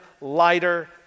lighter